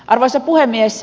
arvoisa puhemies